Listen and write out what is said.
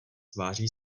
tváří